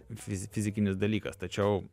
fizi fizikinis dalykas tačiau